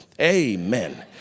amen